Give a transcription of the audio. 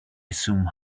assume